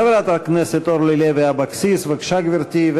חברת הכנסת אורלי לוי אבקסיס, בבקשה, גברתי.